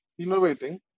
innovating